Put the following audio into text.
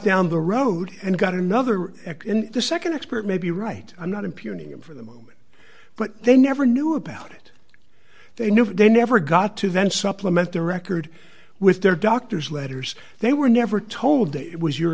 the road and got another nd the nd expert may be right i'm not impugning him for the moment but they never knew about it they knew they never got to then supplement their record with their doctors letters they were never told that it was your